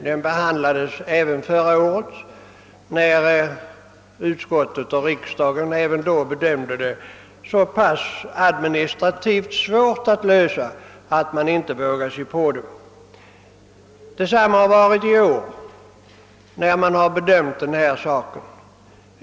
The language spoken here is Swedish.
Den behandlades förra året, och utskottet och riks dagen ansåg även då att det administrativa problemet är så pass svårt, att man inte kan våga sig på den föreslagna lösningen. Vid bedömningen av saken i år har förhållandet varit detsamma.